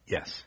Yes